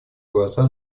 глаза